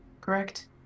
correct